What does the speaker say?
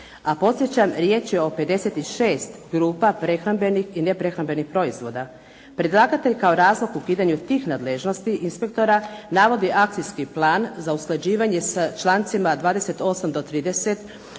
a podsjećam riječ je o 56 grupa prehrambenih i neprehrambenih proizvoda. Predlagatelj kao razlog ukidanju tih nadležnosti inspektora navodi akcijski plan za usklađivanje sa člancima 28. do 30.